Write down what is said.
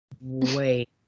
wait